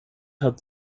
hat